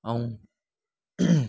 ऐं